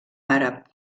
àrab